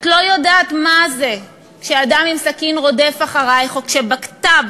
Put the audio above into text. את לא יודעת מה זה כשאדם עם סכין רודף אחרייך וכשבקת"ב